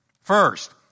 first